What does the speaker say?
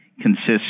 consists